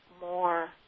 more